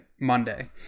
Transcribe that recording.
Monday